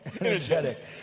energetic